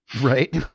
Right